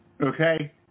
Okay